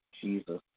Jesus